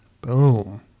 boom